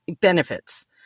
benefits